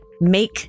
make